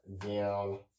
down